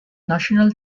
national